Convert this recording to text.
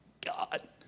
God